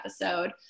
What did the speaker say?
episode